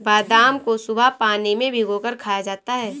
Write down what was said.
बादाम को सुबह पानी में भिगोकर खाया जाता है